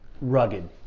rugged